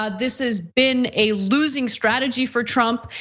ah this has been a losing strategy for trump.